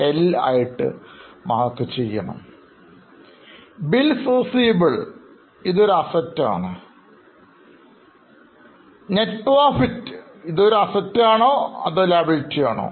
Bills Receivable ഇതൊരു Asset ആണ് A Net Profit ഇതൊരു Asset ആണോ അതോ Liability ആണോ